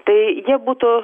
tai jie būtų